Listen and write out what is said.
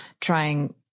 trying